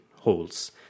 holds